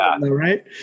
Right